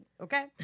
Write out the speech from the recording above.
okay